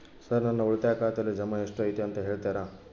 Sir ನನ್ನ ಉಳಿತಾಯ ಖಾತೆಯಲ್ಲಿ ಜಮಾ ಎಷ್ಟು ಐತಿ ಅಂತ ಹೇಳ್ತೇರಾ?